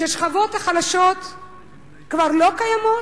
שהשכבות החלשות כבר לא קיימות?